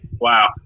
Wow